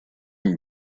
une